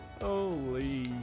Holy